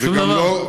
שום דבר?